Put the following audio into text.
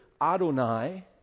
Adonai